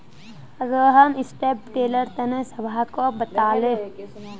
Rohan strip tiller तने सबहाको बताले